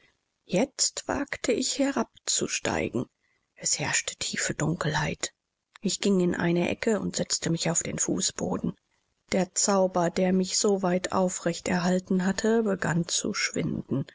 jetzt wagte ich herabzusteigen es herrschte tiefe dunkelheit ich ging in eine ecke und setzte mich auf den fußboden der zauber der mich soweit aufrecht erhalten hatte begann zu schwinden